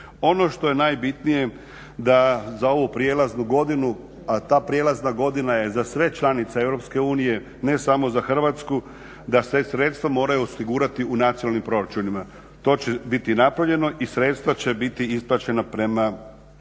Ono što je najbitnije da za ovu prijelaznu godinu, a ta prijelazna godina je za sve članice EU ne samo za Hrvatsku da se sredstva moraju osigurati u nacionalnim proračunima. To će biti napravljeno i sredstva će biti isplaćena prema